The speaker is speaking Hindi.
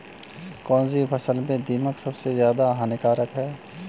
कौनसी फसल में दीमक सबसे ज्यादा हानिकारक है?